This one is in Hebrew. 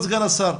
השר,